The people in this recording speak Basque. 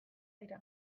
dira